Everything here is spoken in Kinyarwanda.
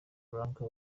lanka